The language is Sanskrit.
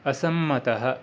असम्मतः